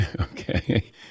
Okay